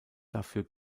dafür